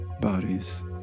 bodies